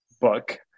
book